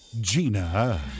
Gina